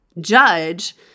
judge